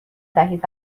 دهید